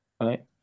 Right